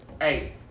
Hey